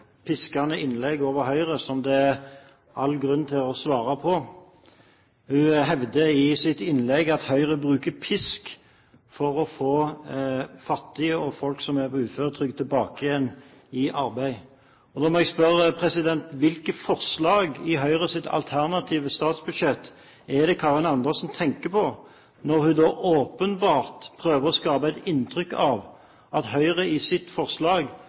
piskende innlegg over Høyre som det er all grunn til å svare på. Hun hevdet i sitt innlegg at Høyre bruker pisk for å få fattige og folk som er på uføretrygd, tilbake igjen i arbeid. Da må jeg spørre: Hvilke forslag i Høyres alternative statsbudsjett er det Karin Andersen tenker på når hun åpenbart prøver å skape et inntrykk av at Høyre foreslår en reduksjon i